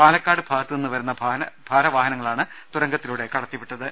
പാലക്കാട് ഭാഗത്ത് നിന്ന് വരുന്ന ഭാർവാഹനങ്ങളാണ് തുരങ്കത്തിലൂ ടെ കടത്തിവിട്ടത്